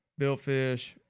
Billfish